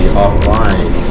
offline